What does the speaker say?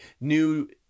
New